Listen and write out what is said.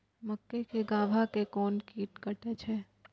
मक्के के गाभा के कोन कीट कटे छे?